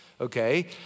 Okay